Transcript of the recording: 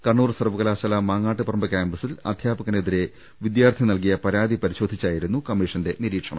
കണ്ണൂർ സർവകലാശാല മാങ്ങാട്ടുപറമ്പ് ക്യാമ്പസിൽ അധ്യാ പകനെതിരെ വിദ്യാർത്ഥി നൽകിയ പരാതി പരിശോധിച്ചായിരുന്നു കമ്മീ ഷന്റെ നിരീക്ഷണം